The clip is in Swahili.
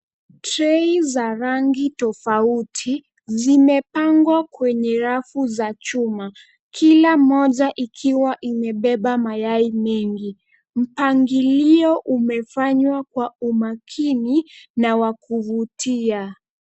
Trei za rangi tofauti zimepangwa kwenye rafu za chuma. Kila moja ikiwa imebeba mayai mengi. Mpangilio umefanywa kwa umakini na wa kuvutia.